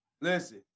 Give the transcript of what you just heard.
Listen